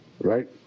right